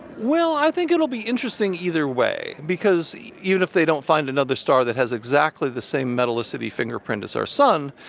well, i think it will be interesting either way, because even if they don't find another star that has exactly the same metallicity fingerprint as our sun,